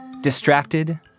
Distracted